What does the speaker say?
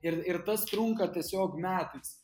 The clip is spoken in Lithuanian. ir ir tas trunka tiesiog metais